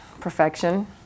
perfection